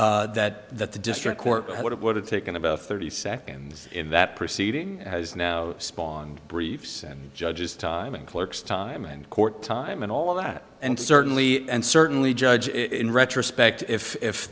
that that the district court had it would have taken about thirty seconds in that proceeding as now spawn briefs and judges time and clerks time and court time and all of that and certainly and certainly judge in retrospect if if